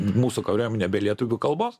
mūsų kūriuomenė be lietuvių kalbos